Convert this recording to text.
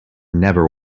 never